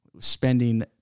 spending